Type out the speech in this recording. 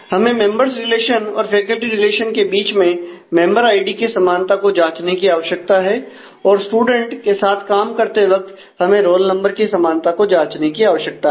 हमें members relation और faculty relation के बीच में मेंबर आईडी की समानता को जांचने की आवश्यकता है और स्टूडेंट के साथ काम करते वक्त हमें रोल नंबर की समानता को जांचने की आवश्यकता है